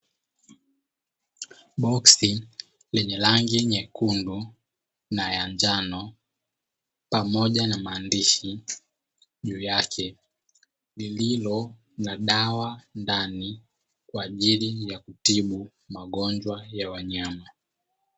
Boksi lenye rangi nyekundu na ya njano, pamoja na maandishi juu yake lililo na dawa ndani kwa ajili ya kutibu magonjwa ya wanyama.